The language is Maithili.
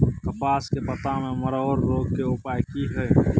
कपास के पत्ता में मरोड़ रोग के उपाय की हय?